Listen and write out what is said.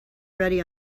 ready